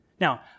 Now